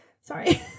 Sorry